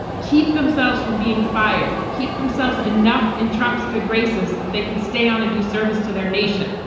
keep themselves from being fired. keep themselves enough in trump's good graces that they can stay on and do service to their nation.